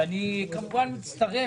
מה זה מפריע אם זה בתוך שנתיים?